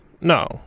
No